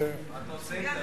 מה אתה עושה עם זה,